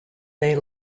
they